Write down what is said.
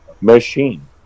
machine